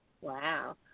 Wow